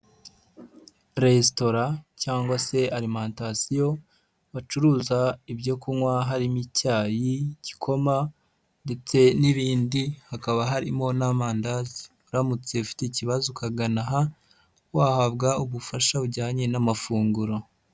Resitora cyangwa se alimentation bacuruza ibyo kunywa harimo icyayi, gikoma ndetse n'ibindi hakaba harimo n'amandazi, uramutse ufite ikibazo ukagana aha, wahabwa ubufasha bujyanye n'amafunguro.